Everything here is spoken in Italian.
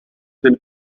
del